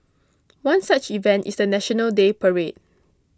one such event is the National Day parade